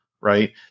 right